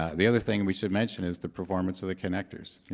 ah the other thing we should mention is the performance of the connectors.